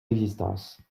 existence